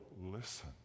listen